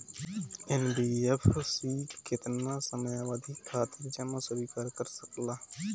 NBFC केतना समयावधि खातिर जमा स्वीकार कर सकला?